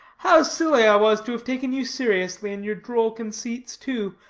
how silly i was to have taken you seriously, in your droll conceits, too,